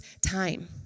time